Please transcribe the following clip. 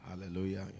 Hallelujah